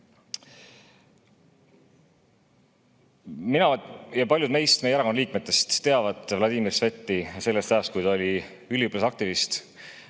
Mina ja paljud meist, meie erakonna liikmetest teavad Vladimir Sveti sellest ajast, kui ta oli üliõpilasaktivist.